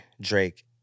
Drake